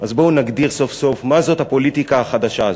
אז בואו נגדיר סוף-סוף מה זאת הפוליטיקה החדשה הזאת: